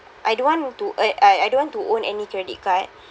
I don't want to ear~ I I don't want to own any credit card